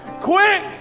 quick